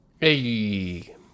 Hey